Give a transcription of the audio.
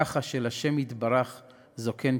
"ככה" של השם יתברך זו כן תשובה.